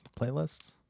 playlists